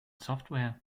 software